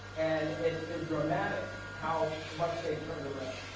and it's been dramatic how much they've turned around.